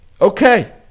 Okay